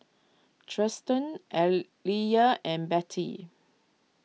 Trystan Aaliyah and Betty